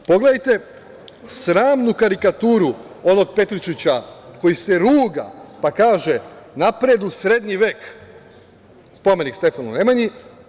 Pogledajte sramnu karikaturu onog Petričića koji se ruga pa kaže: „Napred u srednji vek“, spomenik Stefanu Nemanji.